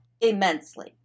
Immensely